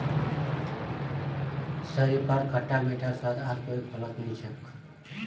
शरीफार खट्टा मीठा स्वाद आर कोई फलत नी छोक